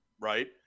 right